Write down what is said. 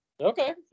Okay